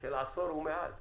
של עשור ומעל עשור.